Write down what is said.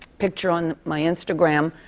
picture on my instagram.